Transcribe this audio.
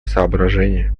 соображения